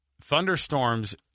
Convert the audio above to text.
thunderstorms